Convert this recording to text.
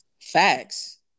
facts